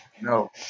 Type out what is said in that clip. No